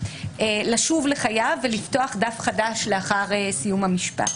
לשוב לחייו ולפתוח דף חדף לאחר סיום המשפט.